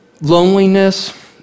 Loneliness